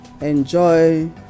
enjoy